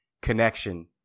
connection